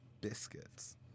biscuits